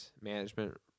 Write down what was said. management